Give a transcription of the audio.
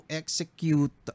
execute